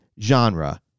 genre